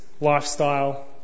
lifestyle